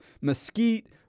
Mesquite